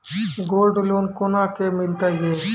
Gold loan कोना के मिलते यो?